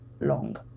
long